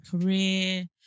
career